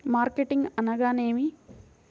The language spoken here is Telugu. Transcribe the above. మార్కెటింగ్ అనగానేమి?